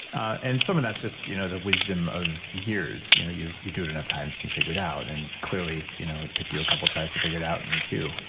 and some of that's just, you know the wisdom of years. you know you you do it enough times and you figure it out and clearly, you know it took you a couple of tries to figure it out. me too.